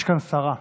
חבר הכנסת בוסו,